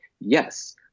Yes